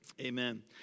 Amen